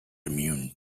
immune